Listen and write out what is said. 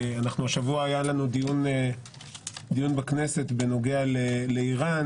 היא שהשבוע היה לנו דיון בכנסת בנוגע לאיראן.